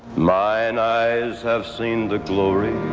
mine eyes have seen the glory